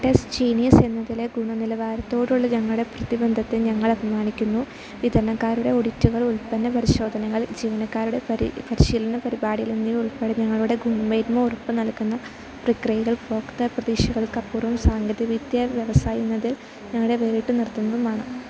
ടെസ് Genius എന്നതിലെ ഗുണനിലവാരത്തോടുള്ള ഞങ്ങളുടെ പ്രതിബദ്ധതയില് ഞങ്ങള് അഭിമാനിക്കുന്നു വിതരണക്കാരുടെ ഓഡിറ്റുകൾ ഉൽപ്പന്ന പരിശോധനകൾ ജീവനക്കാരുടെ പരിശീലന പരിപാടികൾ എന്നിവയുൾപ്പെടെ ഞങ്ങളുടെ ഗുണമേന്മ ഉറപ്പുനൽകുന്ന പ്രക്രിയകൾ ഉപഭോക്തൃ പ്രതീക്ഷകൾക്കപ്പുറവും സാങ്കേതികവിദ്യ വ്യവസായമെന്നത് ഞങ്ങളെ വേറിട്ടുനിർത്തുന്നതുമാണ്